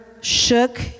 shook